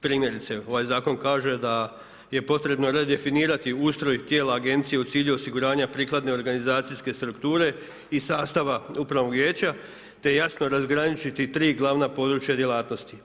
Primjerice, ovaj Zakon kaže da je potrebno redefinirati ustroj tijela Agencije u cilju osiguranja prikladne organizacijske strukture i sastava upravnog vijeća te jasno razgraničiti tri glavna područja djelatnosti.